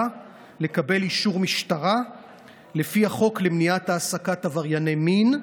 לקבל אישור משטרה לפי החוק למניעת העסקת עברייני מין.